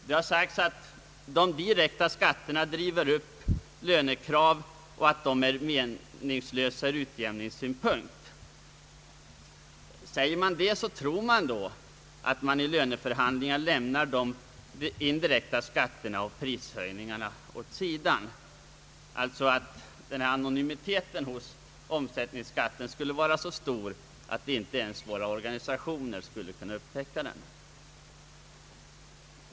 Det har också sagts att de direkta skatterna driver upp lönekrav och att de därför är meningslösa ur utjämningssynpunkt. Tror man då att de agerande vid löneförhandlingar lämnar de indirekta skatterna och prishöjningarna åt sidan? Anonymiteten hos omsättningsskatten skulle alltså vara så stor att inte ens våra organisationer skulle kunna överblicka läget.